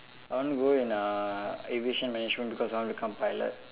I want go in uh aviation management because I want to become pilot